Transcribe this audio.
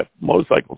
motorcycles